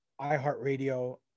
iHeartRadio